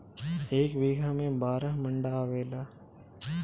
एक बीघा में बारह मंडा आवेला